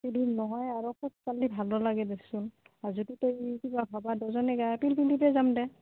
বেছি দূৰ নহয় আৰু খোজ কাল্লি ভালো লাগে দেচোন আৰু যদি তই কিবা ভাবা দুজনে পিলপিলিতে যাম দে